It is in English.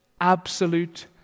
absolute